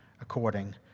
according